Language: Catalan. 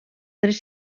tres